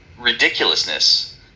ridiculousness